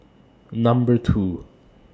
Number two